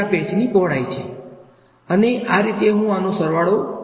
તેથી તે ખૂબ જ નાનું એલીમેંટ છે કોઈપણ રીતે આપણે લીમીટ શુન્ય થશે બરાબરને